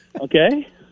Okay